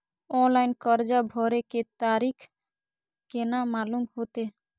Online कर्जा भरे के तारीख केना मालूम होते?